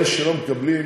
אלה שלא מקבלים,